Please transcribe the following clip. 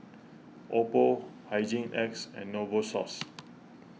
Oppo Hygin X and Novosource